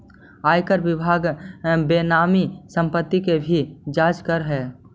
आयकर विभाग बेनामी संपत्ति के भी जांच करऽ हई